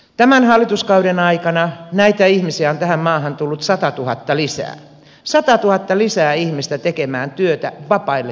tämän hallituskauden aikana näitä ihmisiä on tähän maahan tullut satatuhatta lisää satatuhatta ihmistä lisää tekemään työtä vapaille työmarkkinoille